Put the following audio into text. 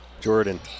Jordan